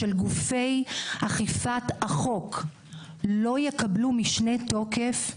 שגופי אכיפת החוק לא יקבלו משנה תוקף,